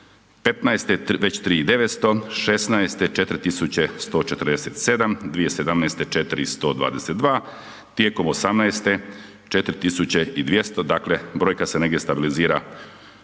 2015. već 3900, 2016. 4147, 2017. 4122, tijekom 2018. 4200, dakle brojka se negdje stabilizira na